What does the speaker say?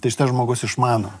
tai šitas žmogus išmano